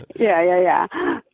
yeah yeah yeah.